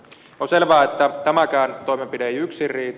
on selvää että tämäkään toimenpide ei yksin riitä